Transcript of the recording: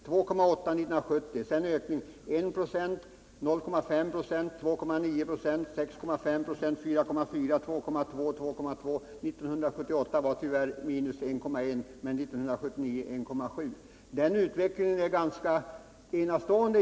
Den utvecklingen är egentligen ganska enastående och en helt annan än den oppositionen talar om när man är ute bland människorna.